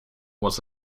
was